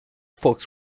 folks